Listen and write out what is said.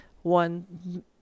one